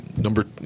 number